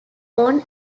own